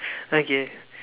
okay